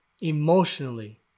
emotionally